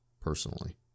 personally